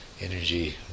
energy